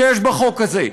שיש בחוק הזה,